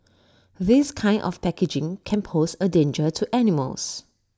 this kind of packaging can pose A danger to animals